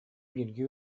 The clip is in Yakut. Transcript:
бииргэ